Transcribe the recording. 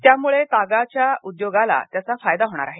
यामुळे तागाच्या उद्योगाला त्याचा फायदा होणार आहे